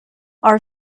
our